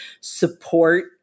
support